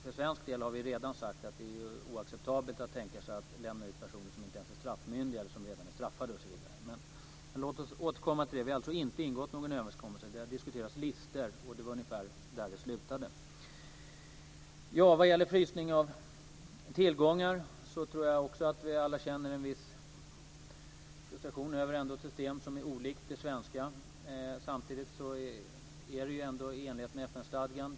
För svensk del har vi redan sagt att det är oacceptabelt att tänka sig att lämna ut personer som inte ens är straffmyndiga, som redan är straffade osv. Låt oss återkomma till den saken! Vi har alltså inte ingått någon överenskommelse, utan det har diskuterats om listor. Det är ungefär där som det slutade. Vad gäller frysning av tillgångar tror jag att vi alla känner en viss frustration över ett system som är olikt det svenska. Samtidigt är det i enlighet med FN stadgan.